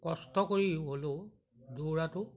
কষ্ট কৰি হ'লেও দৌৰাটো